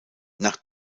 nach